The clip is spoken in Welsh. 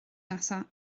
nesaf